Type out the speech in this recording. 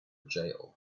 jail